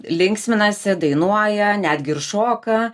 linksminasi dainuoja netgi ir šoka